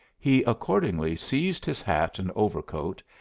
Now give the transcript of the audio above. he accordingly seized his hat and overcoat,